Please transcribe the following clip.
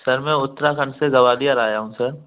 sir मैं उत्तराखंड से ग्वालियर आया हूँ सर